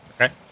Okay